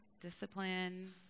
discipline